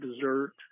dessert